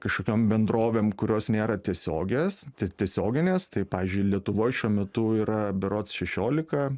kažkokiom bendrovėm kurios nėra tiesiogės t tiesioginės tai pavyzdžiui lietuvoj šiuo metu yra berods šešiolika